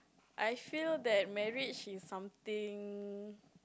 I feel that marriage is something